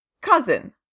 cousin